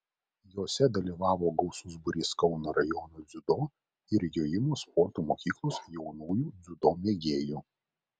jose dalyvavo gausus būrys kauno rajono dziudo ir jojimo sporto mokyklos jaunųjų dziudo mėgėjų